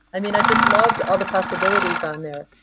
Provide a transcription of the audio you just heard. i mean, i just loved all the possibilities on there.